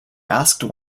asked